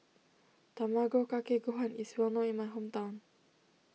Tamago Kake Gohan is well known in my hometown